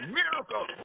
miracle